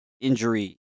injury